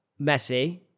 Messi